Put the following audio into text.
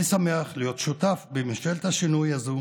אני שמח להיות שותף בממשלת השינוי הזאת